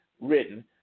written